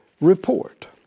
report